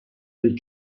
del